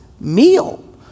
meal